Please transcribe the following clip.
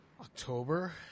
October